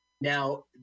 now